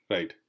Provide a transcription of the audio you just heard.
Right